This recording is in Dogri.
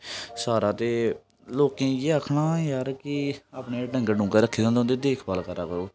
सारा ते लोकें ई इ'यै आखना यार कि अपने डंगर डूंगर रक्खे दे होंदे उं'दी देख भाल करा करो